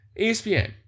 ESPN